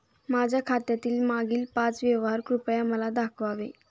माझ्या खात्यातील मागील पाच व्यवहार कृपया मला दाखवावे